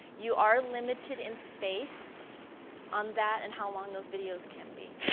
you are limited in space on that and how long those videos can be.